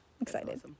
Excited